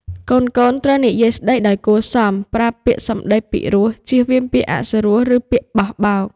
កូនៗត្រូវនិយាយស្តីដោយគួរសម ប្រើពាក្យសំដីពីរោះ ចៀសវាងពាក្យអសុរោះ ឬពាក្យបោះបោក។